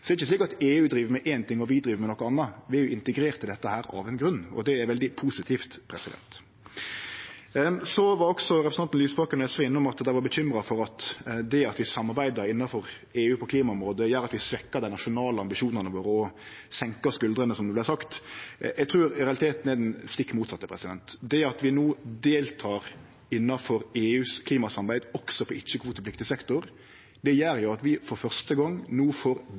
driv med éin ting og vi driv med noko anna. Vi er integrerte i dette av ein grunn, og det er veldig positivt. Representanten Lysbakken frå SV var også innom at dei var bekymra for at det at vi samarbeider innanfor EU på klimaområdet, gjer at vi svekkjer dei nasjonale ambisjonane våre og senkar skuldrane, som det vart sagt. Eg trur realiteten er det stikk motsette. Det at vi no deltek innanfor EUs klimasamarbeid også på ikkje-kvotepliktig sektor, gjer at vi for første gong no får